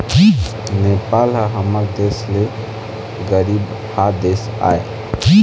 नेपाल ह हमर देश ले गरीबहा देश आय